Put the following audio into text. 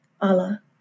Allah